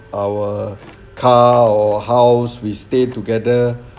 our car or house we stay together